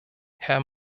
herr